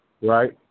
right